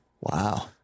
wow